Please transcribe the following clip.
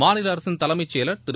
மாநில அரசின் தலைமைச் செயலர் திரு